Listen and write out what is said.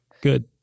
Good